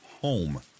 home